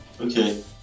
Okay